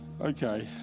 Okay